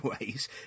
ways